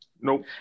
Nope